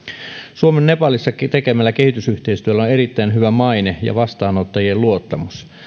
suomen nepalissa tekemällä kehitysyhteistyöllä on erittäin hyvä maine ja vastaanottajien luottamus